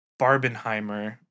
Barbenheimer